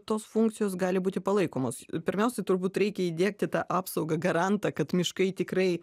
tos funkcijos gali būti palaikomos pirmiausiai turbūt reikia įdiegti tą apsaugą garantą kad miškai tikrai